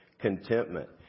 contentment